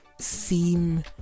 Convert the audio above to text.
seem